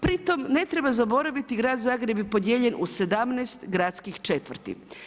Pri tome ne treba zaboraviti, grad Zagreb je podijeljen u 17 gradskih četvrti.